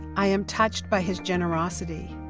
i am touched by his generosity.